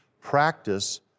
Practice